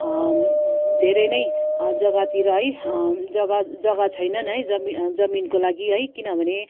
धेरै नै जगातिर है जगा जगा जगा छैन है जमि जमिनको लागि है किनभने